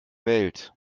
welt